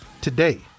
today